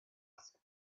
prize